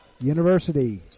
University